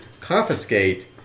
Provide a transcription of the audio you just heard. confiscate